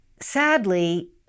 sadly